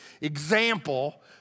example